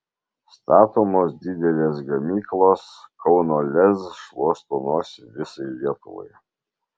statomos didelės gamyklos kauno lez šluosto nosį visai lietuvai